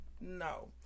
No